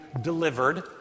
delivered